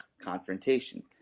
confrontation